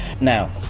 Now